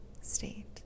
state